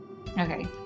Okay